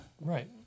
right